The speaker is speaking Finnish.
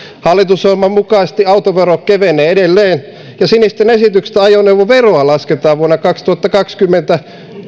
hallitusohjelman mukaisesti autovero kevenee edelleen ja sinisten esityksestä ajoneuvoveroa lasketaan vuonna kaksituhattakaksikymmentä